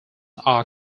are